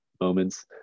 moments